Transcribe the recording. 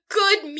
good